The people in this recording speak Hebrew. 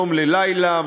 יום ללילה,